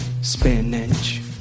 spinach